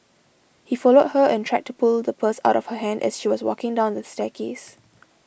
he followed her and tried to pull the purse out of her hand as she was walking down the staircase